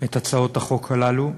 את הצעות החוק הללו.